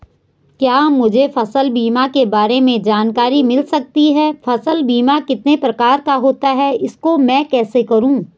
क्या मुझे फसल बीमा के बारे में जानकारी मिल सकती है फसल बीमा कितने प्रकार का होता है इसको मैं कैसे करूँ?